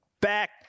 back